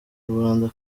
rubanda